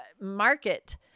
market